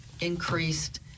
increased